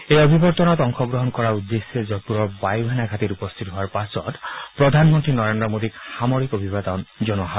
এই অভিৱৰ্তনত অংশগ্ৰহণ কৰাৰ উদ্দেশ্যে যোধপূৰৰ বায়ু সেনা ঘাটীত উপস্থিত হোৱাৰ পাছত প্ৰধানমন্ত্ৰী নৰেন্দ্ৰ মোদীক সামৰিক অভিবাদন জনোৱা হয়